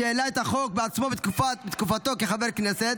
שהעלה את החוק בעצמו בתקופתו כחבר כנסת,